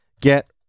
get